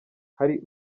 hari